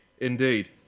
Indeed